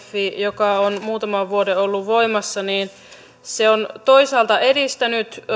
joka on muutaman vuoden ollut voimassa on toisaalta edistänyt